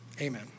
amen